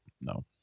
No